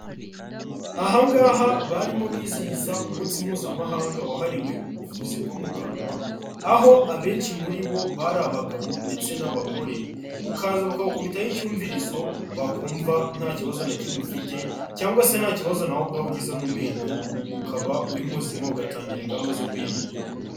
Aha ngaha barimo bizihiza umunsi mpuzamahanga wahariwe ubuvuzi bwo mu kanwa, aho abenshi muri bo bari abagabo ndetse n'abagore, ukaza bakagukubitaho icyumvirizo, bakumva nta kibazo na kimwe ufite cyangwa se nta kibazo nawe ubwawe ugize mu menyo, ukaba uri muzima, ugatangira ingamba zo kwirinda.